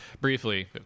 briefly